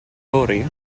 fory